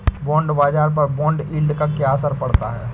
Bond बाजार पर bond yield का क्या असर पड़ता है?